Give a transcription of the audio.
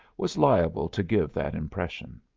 was liable to give that impression.